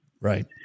Right